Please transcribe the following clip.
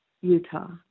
Utah